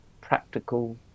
practical